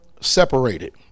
separated